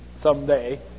someday